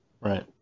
Right